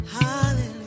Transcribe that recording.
Hallelujah